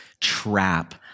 trap